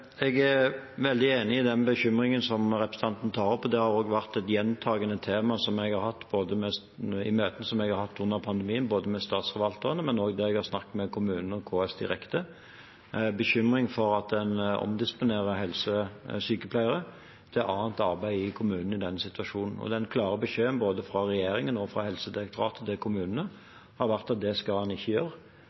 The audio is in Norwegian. Jeg er veldig enig i den bekymringen som representanten tar opp. Det har også vært et gjentagende tema i møtene jeg har hatt under pandemien, både med statsforvalterne og når jeg har snakket med kommunene og KS direkte – en bekymring for at en omdisponerer helsesykepleiere til annet arbeid i kommunene i denne situasjonen. Den klare beskjeden fra både regjeringen og Helsedirektoratet til kommunene har vært at det skal en ikke gjøre,